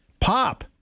Pop